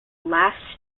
last